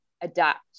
adapt